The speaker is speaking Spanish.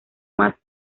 más